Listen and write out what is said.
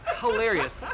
Hilarious